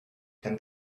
can